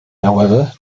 however